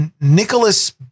Nicholas